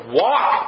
walk